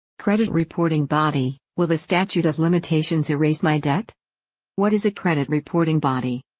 credit reporting body with a statute of limitations erase my debt what is a credit reporting body?